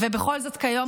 ובכל זאת כיום,